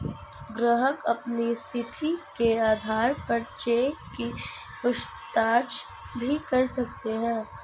ग्राहक अपनी स्थिति के आधार पर चेक की पूछताछ भी कर सकते हैं